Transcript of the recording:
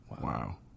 Wow